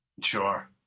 Sure